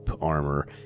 armor